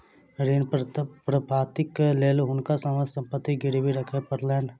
ऋण प्राप्तिक लेल हुनका समस्त संपत्ति गिरवी राखय पड़लैन